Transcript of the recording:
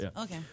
Okay